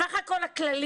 בסך הכול,